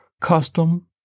custom